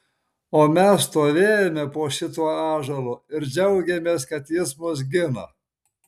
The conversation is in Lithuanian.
o mes stovėjome po šituo ąžuolu ir džiaugėmės kad jis mus gina